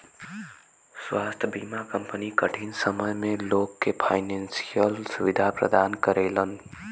स्वास्थ्य बीमा कंपनी कठिन समय में लोग के फाइनेंशियल सुविधा प्रदान करलीन